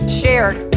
shared